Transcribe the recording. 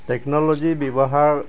technology ব্যৱহাৰ